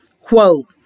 Quote